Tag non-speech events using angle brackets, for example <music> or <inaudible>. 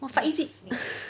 want fight is it <laughs>